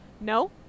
No